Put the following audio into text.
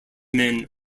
men